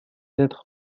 être